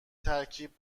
ترکیب